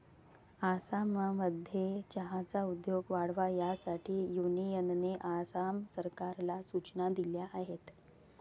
आसाममध्ये चहाचा उद्योग वाढावा यासाठी युनियनने आसाम सरकारला सूचना दिल्या आहेत